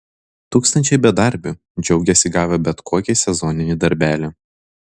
tūkstančiai bedarbių džiaugiasi gavę bet kokį sezoninį darbelį